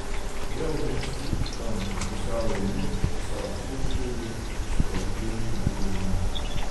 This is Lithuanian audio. vėl dingstu už kampo pusiau einu pusiau šlubčioju išsprogdintų durų link